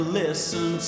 listen